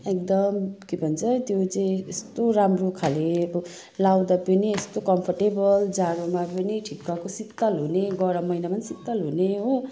एकदम के भन्छ त्यो चाहिँ यस्तो राम्रो खाले अब लगाउँदा पनि यस्तो कम्फर्टेबल जाडोमा पनि ठिक्कको शीतल हुने गरम महिनामा पनि शीतल हुने हो